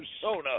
persona